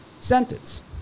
sentence